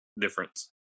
difference